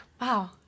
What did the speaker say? Wow